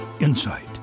insight